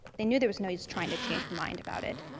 they knew there was no use trying to change her mind about it.